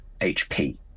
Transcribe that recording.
HP